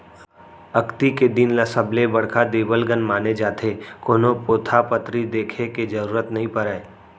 अक्ती के दिन ल सबले बड़का देवलगन माने जाथे, कोनो पोथा पतरी देखे के जरूरत नइ परय